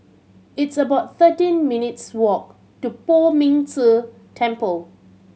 it's about thirteen minutes' walk to Poh Ming Tse Temple